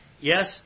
Yes